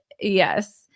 Yes